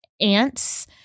ants